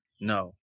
No